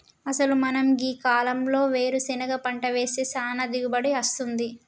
అసలు మనం గీ కాలంలో వేరుసెనగ పంట వేస్తే సానా దిగుబడి అస్తుంది